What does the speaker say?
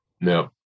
No